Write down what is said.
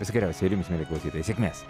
viso geriausio ir jums mieli klausytojai sėkmės